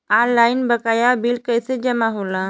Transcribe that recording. Online बकाया bill कैसे जमा होला?